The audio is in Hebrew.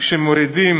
כשמורידים